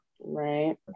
right